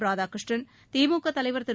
ராதாகிருஷ்ணன் திமுக தலைவர் திரு